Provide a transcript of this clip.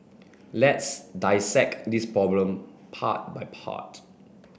let's dissect this problem part by part